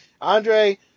andre